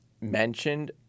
mentioned